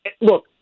look